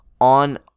on